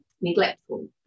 neglectful